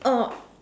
oh